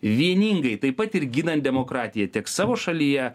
vieningai taip pat ir ginant demokratiją tiek savo šalyje